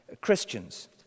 Christians